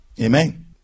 Amen